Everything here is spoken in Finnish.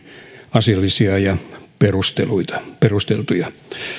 asiallisia ja perusteltuja